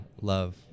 love